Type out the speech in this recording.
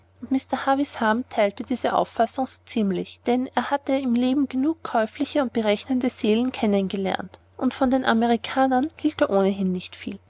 mr havisham teilte diese auffassung so ziemlich denn er hatte ja im leben genug käufliche und berechnende seelen kennen gelernt und von den amerikanern hielt er ohnehin nicht viel